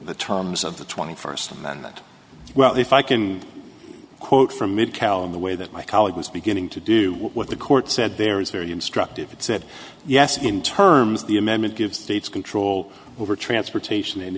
the terms of the twenty first amendment well if i can quote from it cal in the way that my colleague was beginning to do what the court said there is very instructive it said yes in terms of the amendment gives states control over transportation and